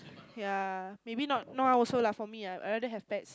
ya maybe not no one also lah for me ah I rather have pets